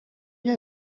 jij